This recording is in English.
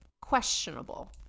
Questionable